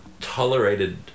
tolerated